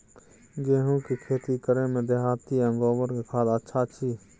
गेहूं के खेती करे में देहाती आ गोबर के खाद अच्छा छी?